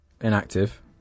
inactive